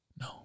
No